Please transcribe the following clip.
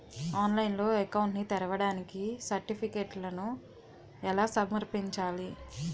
ఆన్లైన్లో అకౌంట్ ని తెరవడానికి సర్టిఫికెట్లను ఎలా సమర్పించాలి?